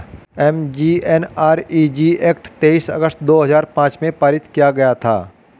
MGNREG act तेईस अगस्त दो हजार पांच में पारित किया गया था